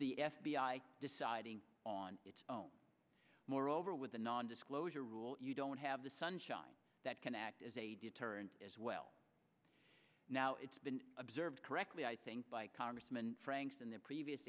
the f b i deciding on its own moreover with a non disclosure rule you don't have the sunshine that can act as a deterrent as well now it's been observed correctly i think by congressman franks in the previous